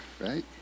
Right